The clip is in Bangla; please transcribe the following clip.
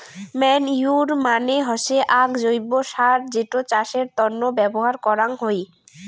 ম্যানইউর মানে হসে আক জৈব্য সার যেটো চাষের তন্ন ব্যবহার করাঙ হই